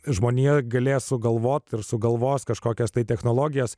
žmonija galės sugalvoti ir sugalvos kažkokias tai technologijas